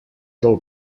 del